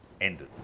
ended